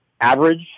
average